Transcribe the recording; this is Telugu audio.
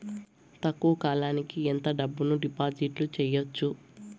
తక్కువ కాలానికి ఎంత డబ్బును డిపాజిట్లు చేయొచ్చు?